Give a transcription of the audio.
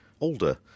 older